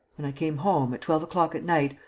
when i came home, at twelve o'clock at night,